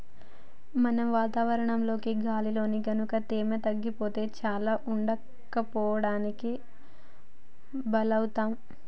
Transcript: మనం వాతావరణంలోని గాలిలో గనుక తేమ తగ్గిపోతే బాగా ఉడకపోతకి బలౌతాం